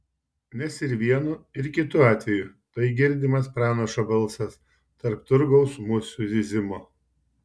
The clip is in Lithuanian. nes ir vienu ir kitu atveju tai girdimas pranašo balsas tarp turgaus musių zyzimo